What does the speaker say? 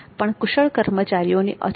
પણ કુશળ કર્મચારીઓની અછત છે